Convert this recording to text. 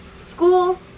school